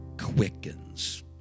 quickens